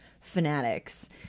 fanatics